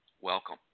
Welcome